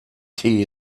die